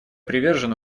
привержен